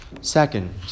Second